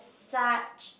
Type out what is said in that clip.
such